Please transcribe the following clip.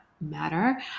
Matter